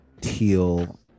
teal